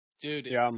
Dude